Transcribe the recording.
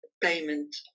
payment